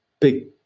big